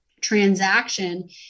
transaction